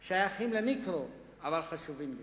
הם שייכים למיקרו, אבל חשובים ביותר,